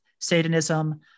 satanism